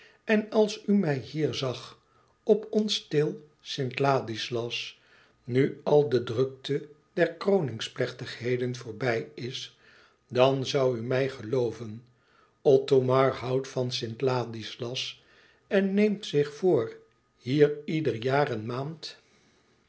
en als u mij hier zag op ons stil st ladislas nu al de drukte der kroningsplechtigheden voorbij is dan zoû u mij gelooven othomar houdt van st ladislas en neemt zich voor hier ieder jaar een maand